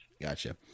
Gotcha